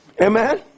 Amen